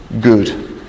Good